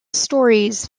stories